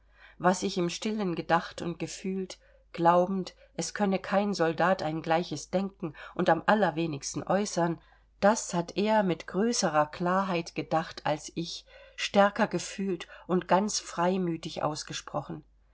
was ich im stillen gedacht und gefühlt glaubend es könne kein soldat ein gleiches denken und am allerwenigsten äußern das hat er mit größerer klarheit gedacht als ich stärker gefühlt und ganz freimütig ausgesprochen